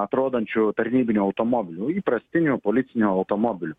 atrodančiu tarnybiniu automobiliu įprastiniu policiniu automobiliu